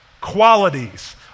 qualities